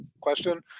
question